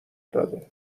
داده